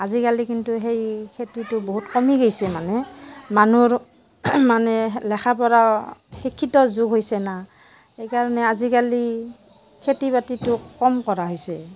আজিকালি কিন্তু সেই খেতিটো বহুত কমি গৈছে মানে মানুহৰ মানে লেখা পঢ়া শিক্ষিত যুগ হৈছে না সেইকাৰণে আজিকালি খেতি বাতিটো কম কৰা হৈছে